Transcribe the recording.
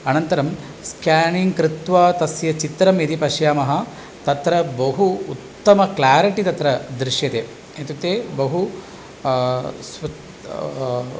अनन्तरं स्केनिङ्ग् कृत्वा तस्य चित्रं यदि पश्यामः तत्र बहु उत्तम क्लेरिटी तत्र दृश्यते इत्युक्ते बहु